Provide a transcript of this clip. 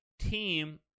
team